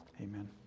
Amen